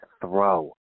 throw